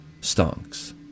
stonks